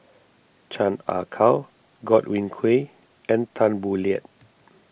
Chan Ah Kow Godwin Koay and Tan Boo Liat